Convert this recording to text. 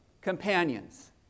companions